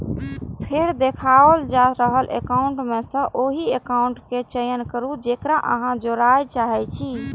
फेर देखाओल जा रहल एकाउंट मे सं ओहि एकाउंट केर चयन करू, जेकरा अहां जोड़य चाहै छी